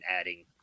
adding –